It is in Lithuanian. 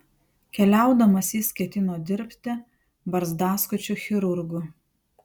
keliaudamas jis ketino dirbti barzdaskučiu chirurgu